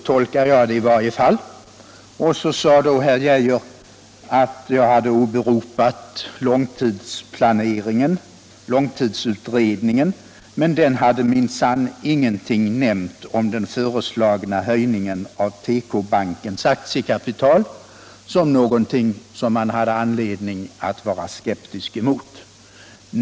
Vidare framhöll herr Geijer att jag hade åberopat långtidsutredningen men att den minsann inte hade omnämnt den föreslagna höjningen av PK-bankens aktiekapital såsom någonting som man hade anledning att vara skeptisk emot.